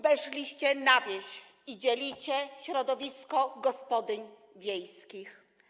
Weszliście na wieś i dzielicie środowisko gospodyń wiejskich.